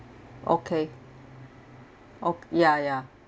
okay ya ya